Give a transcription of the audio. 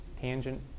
tangent